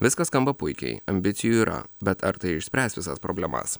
viskas skamba puikiai ambicijų yra bet ar tai išspręs visas problemas